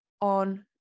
on